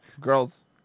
girls